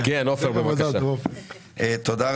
שאנחנו מקווים שזה יהיה לאחר הסגרים וזה